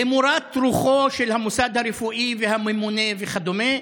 למורת רוחו של המוסד הרפואי והממונה וכדומה,